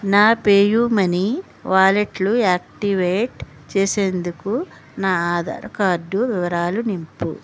నా PayU money వాలెట్లు activate చేసేందుకు నా ఆధార్ కార్డు వివరాలు నింపుము